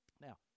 Now